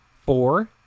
Four